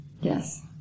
Yes